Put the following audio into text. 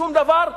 שום דבר,